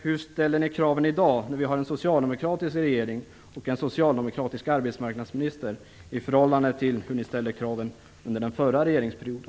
Hur ställer ni kraven i dag, när vi har en socialdemokratisk regering och en socialdemokratisk arbetsmarknadsminister i förhållande till hur ni ställde kraven under den förra regeringsperioden?